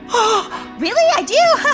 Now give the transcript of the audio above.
really i do?